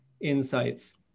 insights